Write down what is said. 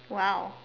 !wow!